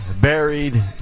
buried